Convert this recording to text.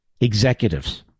executives